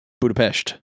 Budapest